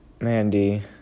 Mandy